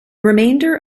remainder